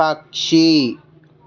పక్షి